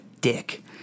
dick